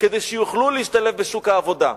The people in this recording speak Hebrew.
כדי שיוכלו להשתלב בשוק העבודה.